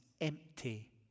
empty